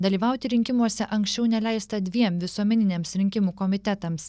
dalyvauti rinkimuose anksčiau neleista dviem visuomeniniams rinkimų komitetams